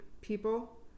people